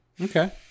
Okay